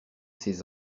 ses